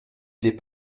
idées